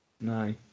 No